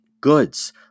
goods